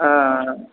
ஆ